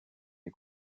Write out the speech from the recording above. est